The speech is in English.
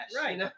Right